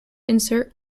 insert